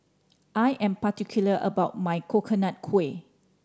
I am particular about my Coconut Kuih